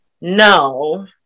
no